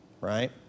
Right